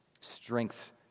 strength